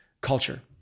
culture